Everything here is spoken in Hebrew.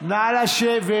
נא לשבת.